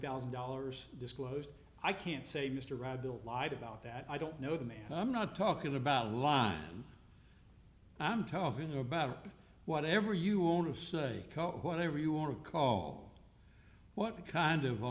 thousand dollars disclosed i can't say mr rabbit lied about that i don't know them and i'm not talking about a line i'm talking about or whatever you only say whatever you want to call what kind of a